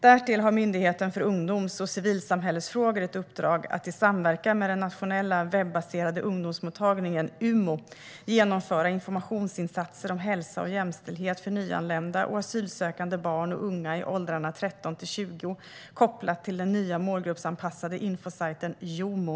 Därtill har Myndigheten för ungdoms och civilsamhällesfrågor ett uppdrag att i samverkan med den nationella webbaserade ungdomsmottagningen Umo genomföra informationsinsatser om hälsa och jämställdhet för nyanlända och asylsökande barn och unga i åldrarna 13-20 år kopplat till den nya målgruppsanpassade infosajten Youmo.